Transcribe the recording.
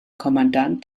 kommandant